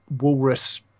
walrus